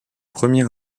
premier